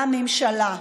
לממשלה.